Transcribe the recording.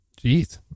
Jeez